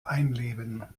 einleben